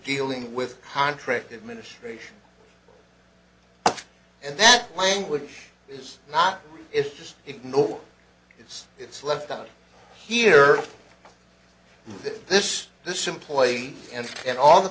dealing with contracted ministration and that language is not if just ignored it's it's left out here this this employee and and all the